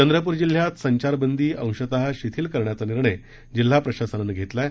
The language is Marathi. चंद्रपूर जिल्ह्यात संचारबंदीअंशतः शिथिल करण्याचा निर्णय जिल्हा प्रशासनानं घेतलाय